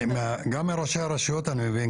גם מראשי הרשויות אני מבין,